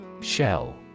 Shell